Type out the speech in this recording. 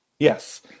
Yes